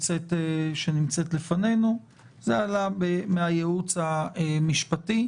ההצעה שנמצאת לפנינו, זה עלה מהייעוץ המשפטי.